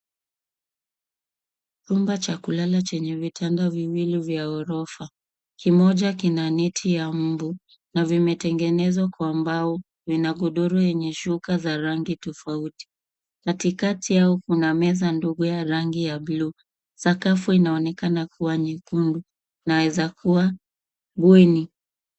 Chumba cha kulala chenye vitanda viwili vya ghorofa. Kimoja kina neti ya mbu na vimetengenezwa kwa mbao. Vina godoro yenye shuka za rangi tofauti. Katikati yao kuna meza ndogo ya rangi ya bluu. Sakafu inaonekana kuwa nyekundu, inaweza kuwa bweni.